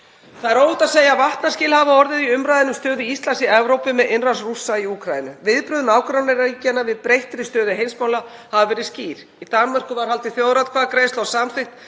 Það er óhætt að segja að vatnaskil hafi orðið í umræðunni um stöðu Íslands í Evrópu með innrás Rússa í Úkraínu. Viðbrögð nágrannaríkjanna við breyttri stöðu heimsmála hafa verið skýr. Í Danmörku var haldin þjóðaratkvæðagreiðsla og samþykkt